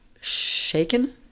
shaken